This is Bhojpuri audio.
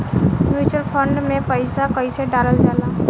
म्यूचुअल फंड मे पईसा कइसे डालल जाला?